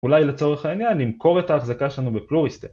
אולי לצורך העניין נמכור את ההחזקה שלנו בפלוריסטר